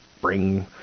bring